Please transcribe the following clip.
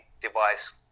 device